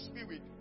spirit